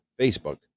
facebook